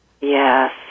Yes